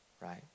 right